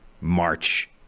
March